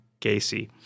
Gacy